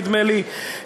נדמה לי,